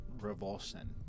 revulsion